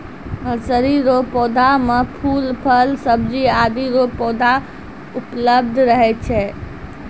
nursery रो पौधा मे फूल, फल, सब्जी आदि रो पौधा उपलब्ध रहै छै